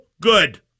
Good